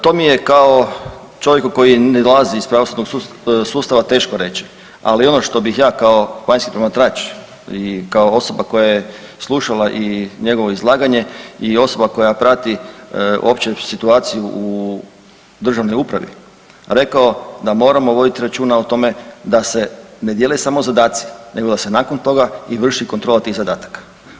To mi je kao čovjeku koji ne dolazi iz pravosudnog sustava teško reći, ali ono što bih ja kao vanjski promatrač i kao osoba koja je slušala i njegovo izlaganje i osoba koja prati opće situaciju u državnoj upravi rekao da moramo vodit računa o tome da se ne dijele samo zadaci nego da se nakon toga i vrši kontrola tih zadataka.